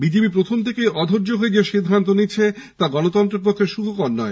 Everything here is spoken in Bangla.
বিজেপি প্রথম থেকেই অধৈর্য্য হয়ে যে সিদ্ধান্ত নিচ্ছে তা গণতন্ত্রের পক্ষে সুখকর নয়